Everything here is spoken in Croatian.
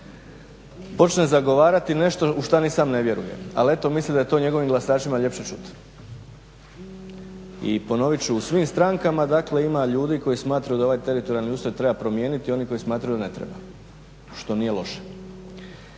počne zagovarati nešto u što i ni sam ne vjerujem ali eto mislim da je to njegovim glasačima ljepše čuti. I ponovit ću u svim strankama dakle ima ljudi koji smatraju da ovaj teritorijalni ustroj treba promijeniti i oni koji smatraju ne treba što nije loše